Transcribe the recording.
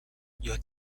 یاد